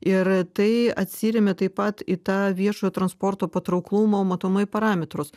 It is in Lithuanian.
ir tai atsiremia taip pat į tą viešojo transporto patrauklumo matomai parametrus